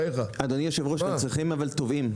אדוני היושב-ראש, אבל הם צריכים גם תובעים.